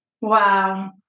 Wow